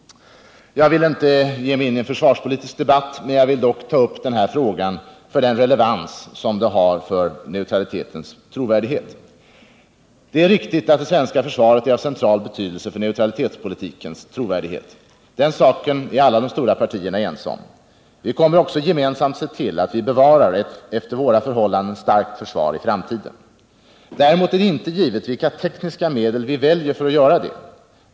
Jag vill inte ge mig in i en försvarspolitisk debatt, men jag vill dock ta upp denna fråga med tanke på den relevans den har för neutralitetspolitikens trovärdighet. Det är riktigt att det svenska försvaret är av central betydelse för neutralitetspolitikens trovärdighet. Den saken är alla de stora partierna ense om. Vi kommer också gemensamt att se till att vi bevarar ett efter våra förhållanden starkt försvar i framtiden. Däremot är det inte givet vilka tekniska medel vi väljer för att göra det.